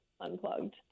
unplugged